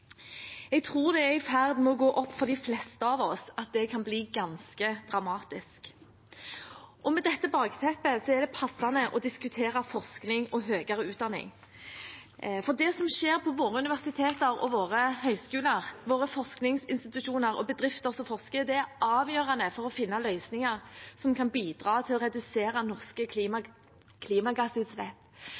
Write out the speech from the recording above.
Jeg tror det er i ferd med å gå opp for de fleste av oss at det kan bli ganske dramatisk. Med dette bakteppet er det passende å diskutere forskning og høyere utdanning. For det som skjer på våre universiteter, høyskoler, forskningsinstitusjoner og bedrifter som forsker, er avgjørende for å finne løsninger som kan bidra til å redusere norske klimagassutslipp.